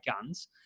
guns